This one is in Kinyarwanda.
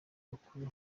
mukuru